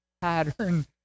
pattern